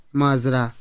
mazra